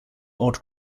odd